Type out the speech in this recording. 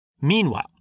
Meanwhile